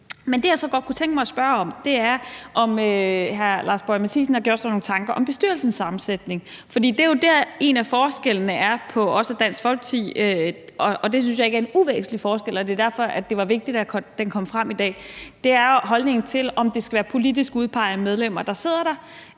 Men det, jeg så godt kunne tænke mig at spørge om, er, om hr. Lars Boje Mathiesen har gjort sig nogle tanker om bestyrelsens sammensætning. For det er jo dér, en af forskellene er på os og Dansk Folkeparti, og det synes jeg ikke er en uvæsentlig forskel, og det var derfor, det var vigtigt, at den kom frem i dag. Det er jo holdningen til, om det skal være politisk udpegede medlemmer, der sidder der,